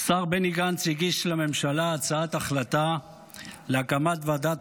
השר בני גנץ הגיש לממשלה הצעת החלטה להקמת ועדת